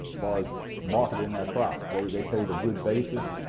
far as marketing our crop. they they paid a good basis.